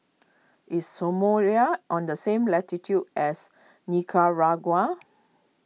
is Somalia on the same latitude as Nicaragua